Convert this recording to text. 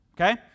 Okay